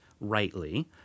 rightly